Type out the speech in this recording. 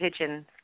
pigeon